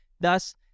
Thus